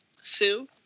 Sue